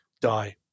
die